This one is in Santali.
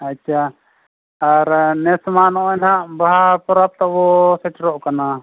ᱟᱪᱪᱷᱟ ᱟᱨ ᱱᱮᱥᱢᱟ ᱱᱚᱜᱼᱚᱸᱭ ᱱᱟᱦᱟᱜ ᱵᱟᱦᱟ ᱯᱚᱨᱚᱵᱽ ᱛᱟᱵᱚ ᱥᱮᱴᱮᱨᱚᱜ ᱠᱟᱱᱟ